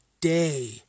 day